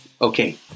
okay